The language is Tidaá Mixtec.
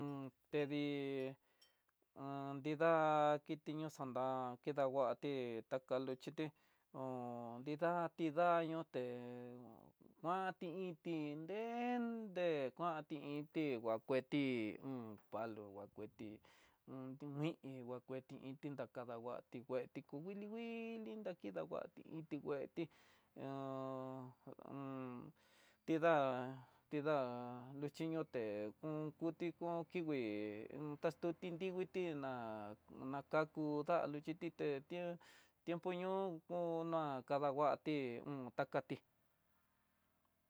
tedi nida kitiñojan ta kidanguati, takaluxhiti hon nida tidañoté, kuanti inti nren'de kuanti inti nguaketi un kalo nguaketi un tu iin, nguakenti inti nguakadahuati ngueti ku nguili nguili nakida iti ngueti e tida, tida nrechiñoté kon kuté kon kingui un taxtuti nriviti na nakaku nda'á luxhitité tie tiempo ño'o ko no'a kadanguati takati.